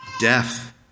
death